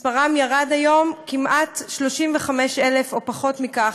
מספרם ירד היום כמעט ל-35,000, או פחות מכך,